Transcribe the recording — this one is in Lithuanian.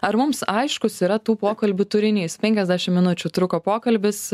ar mums aiškus yra tų pokalbių turinys penkiasdešim minučių truko pokalbis